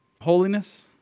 Holiness